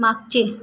मागचे